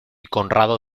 conrado